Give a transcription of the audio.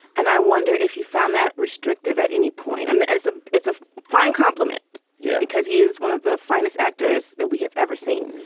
and i wonder if you've found that restrictive at any point and as a it's a fine compliment. yeah, because he is one of the finest actors that we have ever seen.